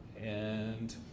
and